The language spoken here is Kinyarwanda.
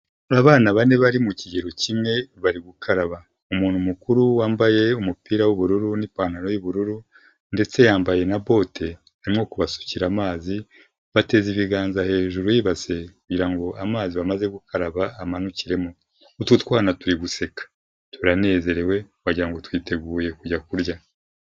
Abana bane bari mu kigero kimwe bari gukaraba umuntu mukuru wambaye umupira w'ubururu n'ipantaro y'ubururu ndetse yambaye na bote arimo kubasukira amazi bateza ibiganza hejuru yibase kugirango amazi bamaze gukaraba amanukiremo utwo twana turi guseka turanezerewe bagirango twiteguye kujya kurya.